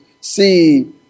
see